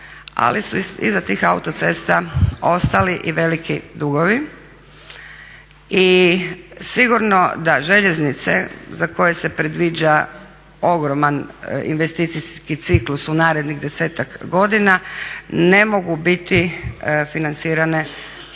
Ali su iza tih autocesta ostali i veliki dugovi i sigurno da željeznice za koje se predviđa ogroman investicijski ciklus u narednih desetak godina ne mogu biti financirane